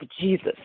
Jesus